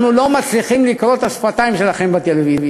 הם אמרו: אנחנו לא מצליחים לקרוא את השפתיים שלך בטלוויזיה.